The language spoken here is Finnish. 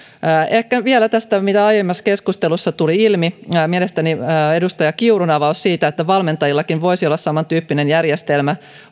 ehkä vielä tästä mikä aiemmassa keskustelussa tuli ilmi mielestäni edustaja kiurun avaus siitä että valmentajillakin voisi olla samantyyppinen järjestelmä